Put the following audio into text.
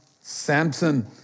Samson